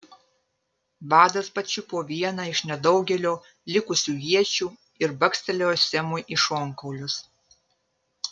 vadas pačiupo vieną iš nedaugelio likusių iečių ir bakstelėjo semui į šonkaulius